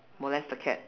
molest the cat